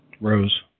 Rose